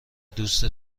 دوست